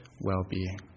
well-being